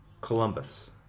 Columbus